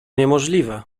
niemożliwe